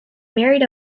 married